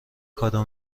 کادو